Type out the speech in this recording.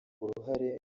uruhare